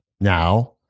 Now